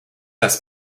das